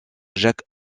jacques